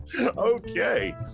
Okay